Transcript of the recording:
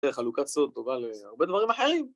חלוקת סוד טובה ל... הרבה דברים אחרים